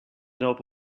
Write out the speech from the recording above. knob